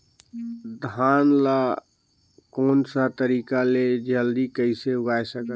धान ला कोन सा तरीका ले जल्दी कइसे उगाय सकथन?